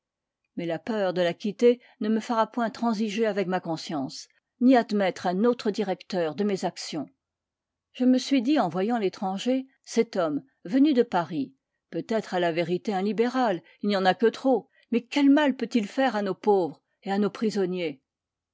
mais la peur de la quitter ne me fera point transiger avec ma conscience ni admettre un autre directeur de mes actions je me suis dit en voyant l'étranger cet homme venu de paris peut être à la vérité un libéral il n'y en a que trop mais quel mal peut-il faire à nos pauvres et à nos prisonniers